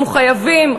אנחנו חייבים,